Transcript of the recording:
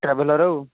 traveller ଆଉ